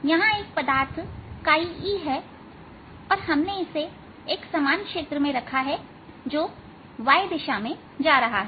यहां एक पदार्थ eहै और हमने इसे एक समान क्षेत्र में रखा है जो y दिशा में जा रहा है